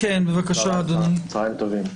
צהריים טובים.